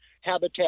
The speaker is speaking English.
habitat